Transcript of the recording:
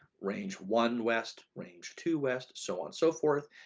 range one west, range two west so on so forth.